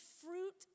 fruit